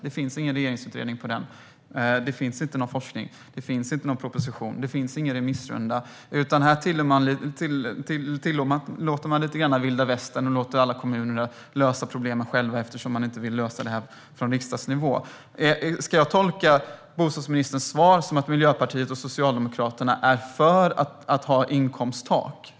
Det finns ingen regeringsutredning, inte någon forskning och inte någon proposition om den, och det har inte varit någon remissrunda, utan här tillåter man lite grann vilda västern och låter alla kommuner lösa problemen själva eftersom man inte vill lösa dem på riksdagsnivå. Ska jag tolka bostadsministerns svar som att Miljöpartiet och Socialdemokraterna är för ett inkomsttak?